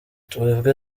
twebwe